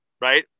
right